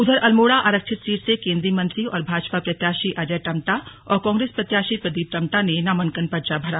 उधर अल्मोड़ा आरक्षित सीट से केंद्रीय मंत्री और भाजपा प्रत्याशी अजय टम्टा और कांग्रेस प्रत्याशी प्रदीप टम्टा ने नामांकन पर्चा भरा